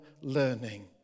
learning